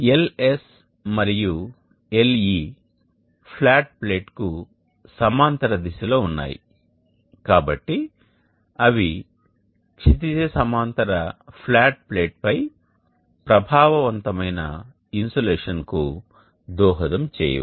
LS మరియు LE flat plate కు సమాంతర దిశలో ఉన్నాయి కాబట్టి అవి క్షితిజ సమాంతర ఫ్లాట్ ప్లేట్పై ప్రభావవంతమైన ఇన్సోలేషన్కు దోహదం చేయవు